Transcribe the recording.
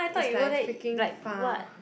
it's like freaking far